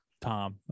tom